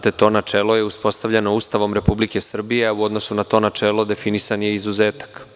To načelo je uspostavljeno Ustavom Republike Srbije a u odnosu na to načelo definisan je izuzetak.